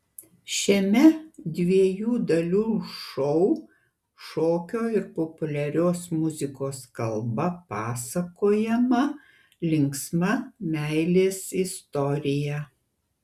šiame dviejų dalių šou šokio ir populiarios muzikos kalba pasakojama linksma meilės istorija